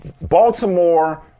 Baltimore